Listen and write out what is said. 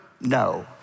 No